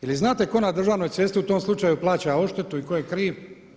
Je li znate tko na državnoj cesti u tom slučaju plaća odštetu i tko je kriv?